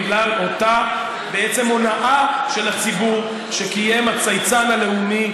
בגלל אותה הונאה של הציבור שקיים הצייצן הלאומי,